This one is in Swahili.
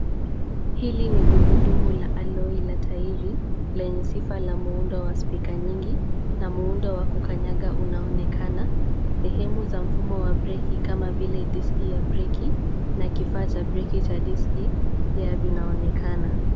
Hili ni gurudumu la alloy la tairi lenye sifa la muundo wa spika nyingi na muundo wa kukanyaga unaonekana. Sehemu za mfumo wa breki kama vile diski ya breki na kifaa cha breki cha diski pia vinaonekana.